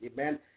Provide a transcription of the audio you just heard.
amen